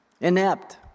inept